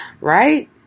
right